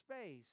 space